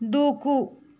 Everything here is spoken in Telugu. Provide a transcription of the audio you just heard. దూకు